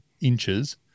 inches